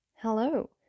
Hello